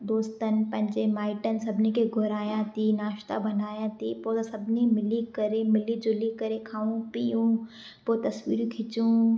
दोस्तनि पंहिंजे माइटनि सभिनी खे घुरायां थी नाश्ता बणायां थी पोइ असां सभिनी मिली करे मिली झुली करे खाऊं पियूं पोइ तस्वीर खिचूं